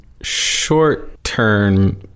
Short-term